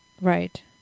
Right